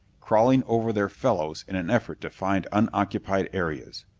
crawling over their fellows in an effort to find unoccupied areas.